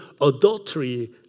adultery